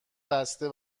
بسته